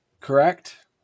correct